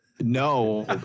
No